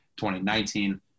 2019